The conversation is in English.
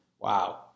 wow